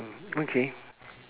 okay